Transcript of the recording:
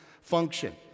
function